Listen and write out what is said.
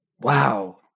wow